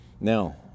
Now